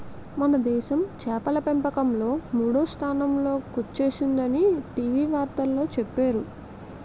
మనదేశం చేపల పెంపకంలో మూడో స్థానంలో కొచ్చేసిందని టీ.వి వార్తల్లో చెప్పేరు